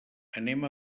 anem